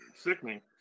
sickening